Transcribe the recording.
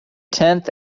tenth